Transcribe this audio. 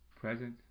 Present